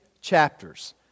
chapters